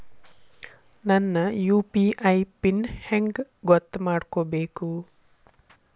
ನನ್ನ UPI PIN ಹೆಂಗ್ ಗೊತ್ತ ಮಾಡ್ಕೋಬೇಕು?